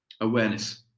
awareness